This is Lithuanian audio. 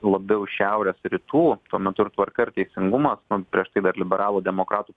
labiau iš šiaurės rytų tuo metu ir tvarka ir teisingumas nu prieš tai dar liberalų demokratų